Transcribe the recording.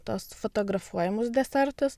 tuos fotografuojamus desertus